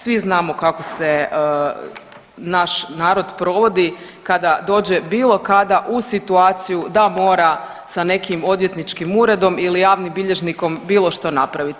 Svi znamo kako se naš narod provodi kada dođe bilo kada u situaciju da mora sa nekim odvjetničkim uredom ili javnim bilježnikom bilo što napraviti.